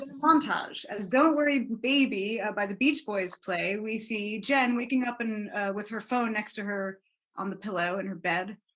montage, as don't worry baby ah by the beach boys play we see jen waking up with her phone next to her on the pillow in her bed.